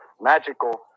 magical